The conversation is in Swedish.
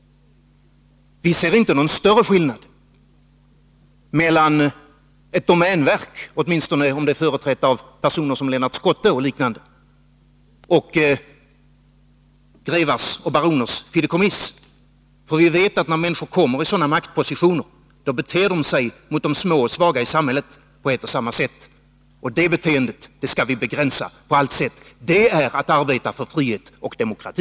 Vi ser inte någon större skillnad mellan ett domänverk — åtminstone om det är företrätt av personer som Lennart Schotte och liknande — och grevars och baroners fideikommiss. Vi vet att när människor kommer i sådana maktpositioner, beter de sig mot de små och svaga i samhället på ett och samma sätt. Det beteendet skall vi begränsa på allt sätt. Det är att arbeta för frihet och demokrati.